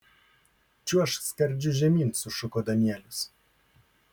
čiuožk skardžiu žemyn sušuko danielius